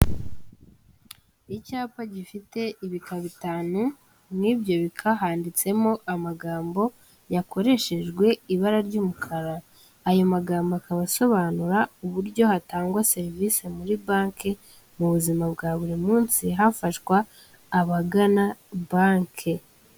Icyapa gifite ibika bitanu, mu ibyo bika handitsemo amagambo yakoreshejwe ibara ry'umukara; ayo magambo akaba asobanura uburyo hatangwa serivise muri banke mu buzima bwa buri munsi, hafashwa abagana banke.